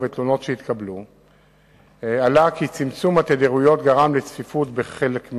2. האם יש למשרדך הסכם כלשהו עם חברת "אגד" המקנה לה מונופול?